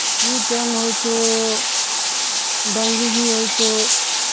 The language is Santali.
ᱢᱤᱫᱴᱟᱝ ᱦᱳᱭᱛᱳ ᱰᱟᱹᱝᱨᱤ ᱜᱮ ᱦᱳᱭᱛᱳ